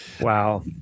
Wow